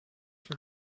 for